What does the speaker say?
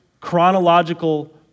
chronological